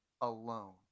alone